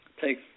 take